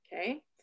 Okay